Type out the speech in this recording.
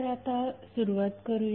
तर आता सुरुवात करूया